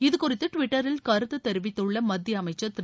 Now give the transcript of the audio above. இதுகுறித்து ட்விட்டரில் கருத்து தெரிவித்துள்ள மத்திய அமைச்சர் திரு